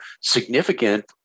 significant